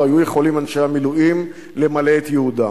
לא היו יכולים אנשים המילואים למלא את ייעודם.